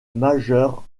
majeurs